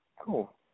Cool